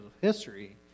history